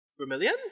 Vermilion